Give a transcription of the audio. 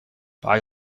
pas